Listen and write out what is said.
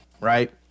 right